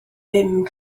ddim